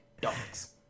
dogs